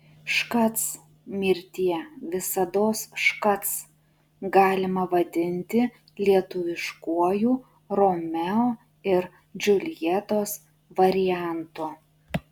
škac mirtie visados škac galima vadinti lietuviškuoju romeo ir džiuljetos variantu